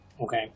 Okay